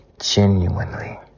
Genuinely